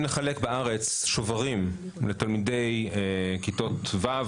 אם נחלק בארץ שוברים לתלמידי כיתות ו',